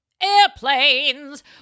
airplanes